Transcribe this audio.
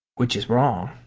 which is wrong!